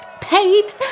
Paid